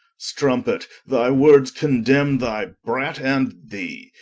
strumpet, thy words condemne thy brat, and thee.